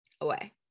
away